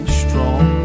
strong